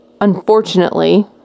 unfortunately